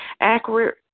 Accurate